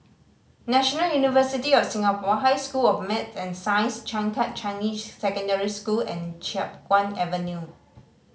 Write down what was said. National University of Singapore High School of Math and Science Changkat Changi Secondary School and Chiap Guan Avenue